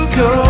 go